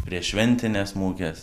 prieš šventines muges